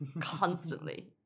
constantly